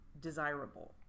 desirable